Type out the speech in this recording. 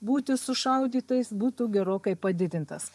būti sušaudytais būtų gerokai padidintas